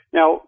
Now